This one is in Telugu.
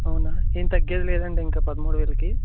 అవునా ఏమి తగ్గేది లేదా అండి పదమూడువేలకి